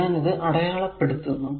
ഞാൻ ഇത് അടയാളപ്പെടുത്തുന്നു